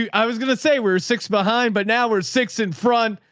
um i was going to say we're six behind, but now we're six in front.